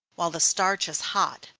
while the starch is hot,